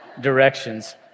directions